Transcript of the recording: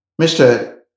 Mr